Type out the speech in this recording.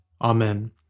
Amen